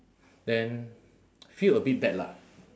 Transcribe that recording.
then feel a bit bad lah